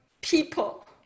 people